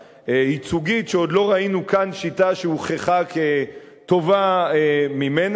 הייצוגית כשעוד לא ראינו כאן שיטה שהוכחה כטובה ממנה.